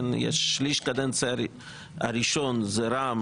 שליש קדנציה הראשון זה רע"מ,